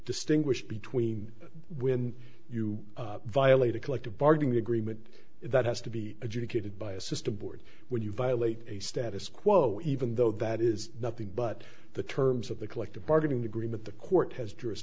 distinguish between when you violate a collective bargaining agreement that has to be adjudicated by a system board when you violate a status quo even though that is nothing but the terms of the collective bargaining agreement the court has